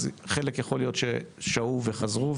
יכול להיות שחלק ששהו וחזרו.